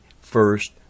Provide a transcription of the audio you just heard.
first